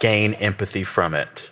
gain empathy from it,